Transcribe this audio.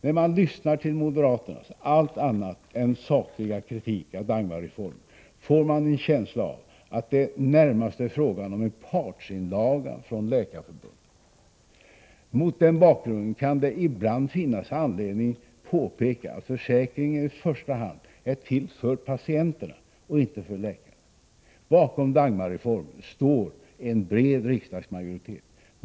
När man lyssnar till moderaternas allt annat än sakliga kritik av Dagmarreformen får man en känsla av att det närmast är fråga om en partsinlaga från Läkarförbundet. Mot den bakgrunden kan det ibland finnas anledning påpeka att försäkringen i första hand är till för patienterna och inte för läkarna. Bakom Dagmarreformen står en bred riksdagsmajoritet.